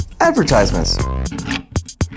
advertisements